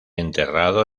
enterrado